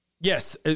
Yes